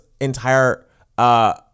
entire –